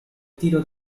tiro